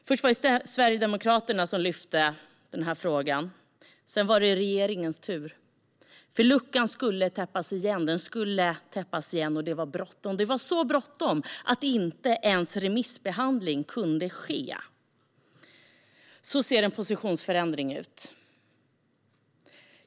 Först var det Sverigedemokraterna som lyfte fram frågan. Sedan var det regeringens tur. Luckan skulle täppas igen, och det var bråttom. Det var så bråttom att inte ens remissbehandling kunde ske. Så ser en positionsförändring ut.